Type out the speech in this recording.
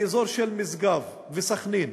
באזור של משגב וסח'נין.